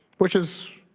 which is.